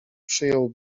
przyjął